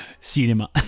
cinema